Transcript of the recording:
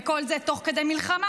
וכל זה תוך כדי מלחמה,